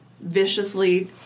viciously